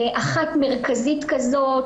אחת מרכזית כזאת,